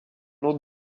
autre